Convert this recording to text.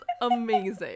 amazing